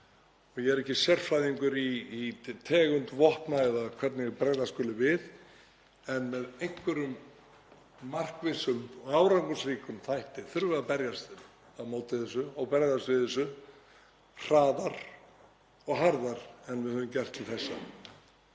Ég er ekki sérfræðingur í tegund vopna eða hvernig bregðast skuli við en með einhverjum markvissum og árangursríkum hætti þurfum við að berjast á móti þessu og bregðast við þessu hraðar og harðar en við höfum gert til þessa.